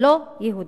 לא-יהודים.